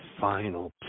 final